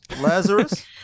Lazarus